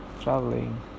traveling